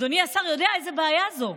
אדוני השר יודע איזו בעיה זו.